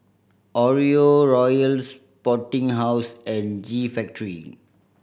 Oreo Royal Sporting House and G Factory